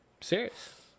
serious